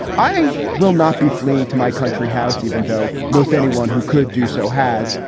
i will not be fleeing to my country house, even though most anyone who could do so has,